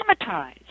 traumatized